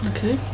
Okay